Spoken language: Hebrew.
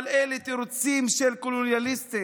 אבל אלה תירוצים של קולוניאליסטים,